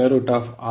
ಇದು 6